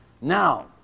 Now